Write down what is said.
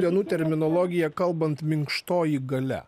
dienų terminologija kalbant minkštoji galia